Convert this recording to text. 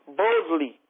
boldly